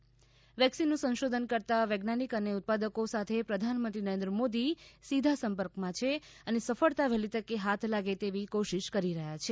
તેમણે ઉમેર્યું વેક્સિનનું સંશોધન કરતાં વૈજ્ઞાનિક અને ઉત્પાદકો સાથે પ્રધાનમંત્રી નરેન્દ્ર મોદી સીધા સંપર્કમાં છે અને સફળતા વહેલી તકે હાથ લાગે તેવી કોશિશ કરી રહ્યા છે